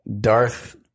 Darth